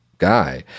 Guy